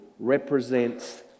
Represents